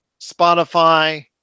Spotify